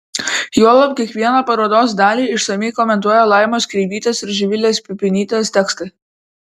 juolab kiekvieną parodos dalį išsamiai komentuoja laimos kreivytės ir živilės pipinytės tekstai